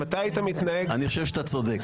אני חושב שאתה צודק.